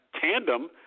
tandem